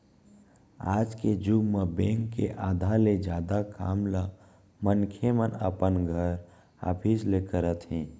आज के जुग म बेंक के आधा ले जादा काम ल मनखे मन अपन घर, ऑफिस ले करत हे